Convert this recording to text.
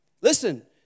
Listen